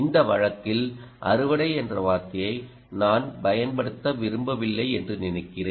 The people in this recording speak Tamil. இந்த வழக்கில் அறுவடை என்ற வார்த்தையை நான் பயன்படுத்த விரும்பவில்லை என்று நினைக்கிறேன்